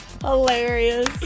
Hilarious